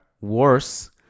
worse